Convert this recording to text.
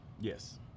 Yes